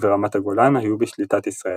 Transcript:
ורמת הגולן היו בשליטת ישראל.